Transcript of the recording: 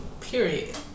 Period